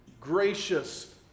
gracious